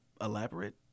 elaborate